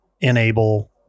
enable